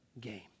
game